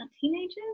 teenagers